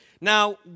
Now